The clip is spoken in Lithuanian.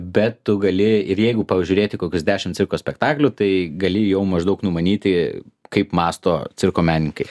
bet tu gali ir jeigu pažiūrėti kokius dešim cirko spektaklių tai gali jau maždaug numanyti kaip mąsto cirko menininkai